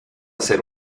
hacer